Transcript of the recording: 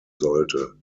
sollte